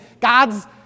God's